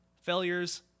failures